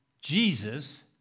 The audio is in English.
Jesus